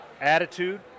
attitude